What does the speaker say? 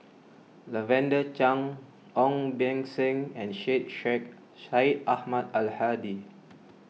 Lavender Chang Ong Beng Seng and Syed Sheikh Syed Ahmad Al Hadi